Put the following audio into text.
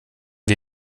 wir